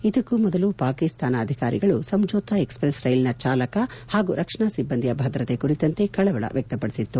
ಇದಕ್ಕೂ ಮೊದಲು ಪಾಕಿಸ್ತಾನ ಅಧಿಕಾರಿಗಳು ಸಂಚೋತ ಎಕ್ಪ್ರೆಸ್ ರೈಲಿನ ಚಾಲಕ ಹಾಗೂ ರಕ್ಷಣಾ ಸಿಬ್ಬಂದಿಯ ಭದ್ರತೆ ಕುರಿತಂತೆ ಕಳವಳ ವ್ಯಕ್ತಪಡಿಸಿತ್ತು